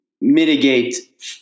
mitigate